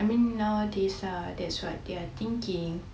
I mean nowadays ah that's what they're thinking